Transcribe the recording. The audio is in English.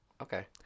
Okay